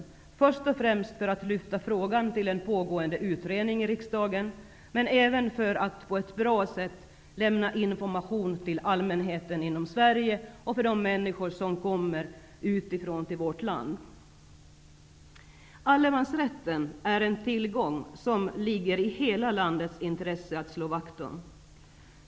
Anledningen är först och främst att vi vill lyfta frågan till en pågående utredning, men detta är också ett bra sätt att informera om allemansrätten, både inom Sverige och med tanke på de människor som kommer utifrån till vårt land. Allemansrätten är en tillgång som det ligger i hela landets intresse att slå vakt om.